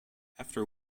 after